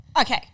Okay